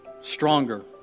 stronger